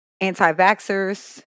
anti-vaxxers